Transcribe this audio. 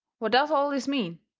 what does all this mean?